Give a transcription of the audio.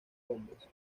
hombres